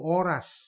oras